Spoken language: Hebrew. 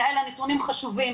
יעל, הנתונים חשובים.